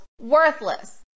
worthless